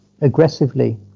aggressively